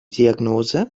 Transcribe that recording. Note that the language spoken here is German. diagnose